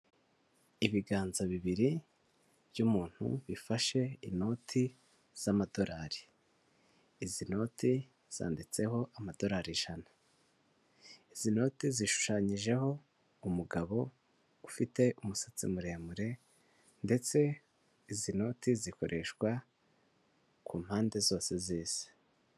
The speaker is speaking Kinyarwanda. Ibiganza bibiri by'umuntu bifashe inoti z'amadolari, izi note zanditseho amadolari ijana. Izi note zishushanyijeho umugabo ufite umusatsi muremure ndetse izi noti zikoreshwa ku mpande zose z'isi.